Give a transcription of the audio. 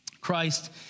Christ